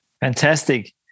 Fantastic